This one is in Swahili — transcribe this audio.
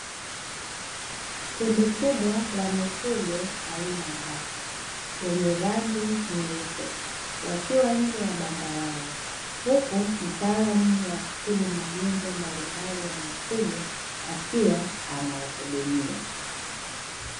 Kundi kubwa la mifugo aina ya bata wenye rangi nyeupe wakiwa nje ya banda lao, huku mtaalamu wa kutibu magonjwa mbalimbali ya mifugo akiwa anawahudumia.